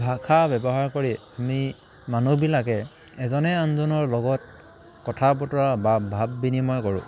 ভাষা ব্যৱহাৰ কৰি আমি মানুহবিলাকে এজনে আনজনৰ লগত কথা বতৰা বা ভাৱ বিনিময় কৰোঁ